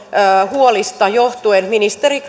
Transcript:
huolista johtuen ministeri